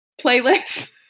playlist